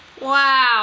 Wow